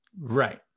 Right